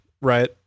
right